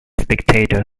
spectator